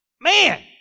man